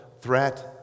threat